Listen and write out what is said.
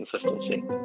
consistency